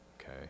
okay